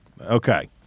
Okay